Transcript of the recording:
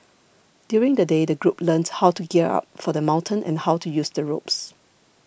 during the day the group learnt how to gear up for the mountain and how to use the ropes